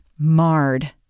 marred